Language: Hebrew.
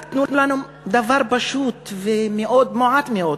רק תנו לנו דבר פשוט, מועט מאוד,